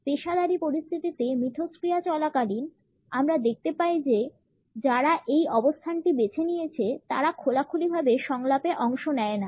পেশাদারী পরিস্থিতিতে মিথস্ক্রিয়া চলাকালীন আমরা দেখতে পাই যে যারা এই অবস্থানটি বেছে নিয়েছে তারা খোলাখুলিভাবে সংলাপে অংশ নেয় না